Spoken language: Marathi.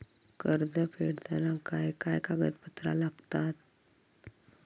कर्ज फेडताना काय काय कागदपत्रा लागतात?